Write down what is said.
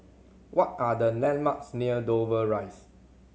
what are the landmarks near Dover Rise